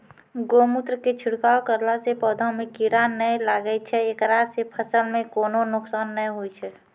गोमुत्र के छिड़काव करला से पौधा मे कीड़ा नैय लागै छै ऐकरा से फसल मे कोनो नुकसान नैय होय छै?